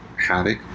havoc